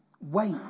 wait